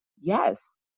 yes